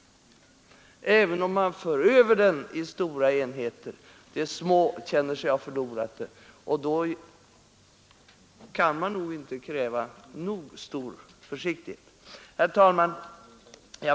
Även om man för över den i stora enheter känner sig de små enheterna som om de förlorat sin självstyrelse, och då kan man inte kräva nog stor försiktighet. Herr talman!